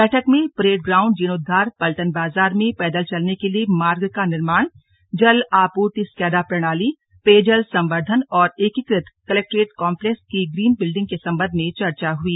बैठक में parade ground जीर्णोद्वार पलटन बाजार में पैदल चलने के लिए मार्ग का निमार्ण जल आपूर्ति स्कैडा प्रणाली पेयजल संवर्द्धन और एकीकृत कलेक्ट्रेट कॉम्पलेक्स की ग्रीन बिल्डिंग के सम्बन्ध में चर्चा हुई